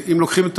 אם לוקחים את